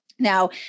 Now